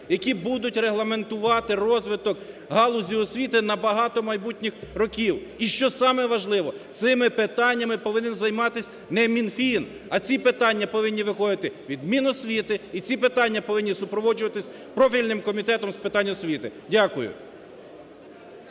які будуть регламентувати розвиток галузі освіти набагато майбутніх років. І, що саме важливо, цими питаннями повинен займатися не Мінфін, а ці питання повинні виходити від Міносвіти і ці питання повинні супроводжуватися профільним комітетом з питань освіти. Дякую.